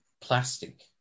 plastic